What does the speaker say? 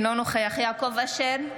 אינו נוכח יעקב אשר,